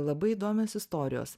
labai įdomios istorijos